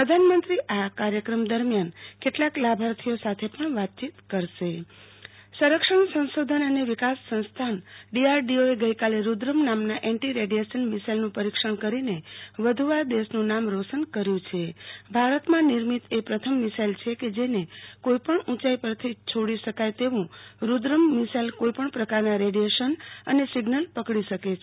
પ્રધાનમંત્રી આ કાર્યક્રમ દરમ્યાન કેટલાક લાભાર્થીઓ સાથે પણ વાતયીત કરી શકશે આરતી ભદ્દ રૂદ્રમ મિસાઈલ સંરક્ષણ સંશોધન અને વિકાસ સંસ્થાન ડીઆરડીઓ એ ગઈકાલે રૂદ્રમ નામના એન્ટી રેડીએશન મિસાઈલનું પરિક્ષણ કરીને વધુ વાર દેશનું નામ રોશ કર્યુ છે ભારતમાં નિર્મિત એ પ્રથમ મિસાઈલ છે કે જેને કોઈપણ ઉંચાઈ પરથી છોડી શકાય તેવુ રૂદ્રમ મિસાઈલ કોઈપણ પ્રકારના રેડિયેશન અને સિંઝલ પકડી શકે છે